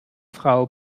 frau